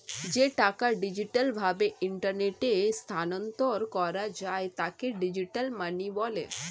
যে টাকা ডিজিটাল ভাবে ইন্টারনেটে স্থানান্তর করা যায় তাকে ডিজিটাল মানি বলে